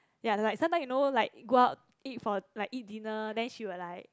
ya like sometimes you know like go out eat for like eat dinner then she will like